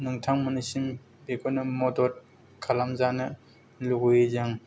नोंथांमोननिसिम बेखौनो मदद खालामजानो लुगैयो जों